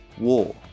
war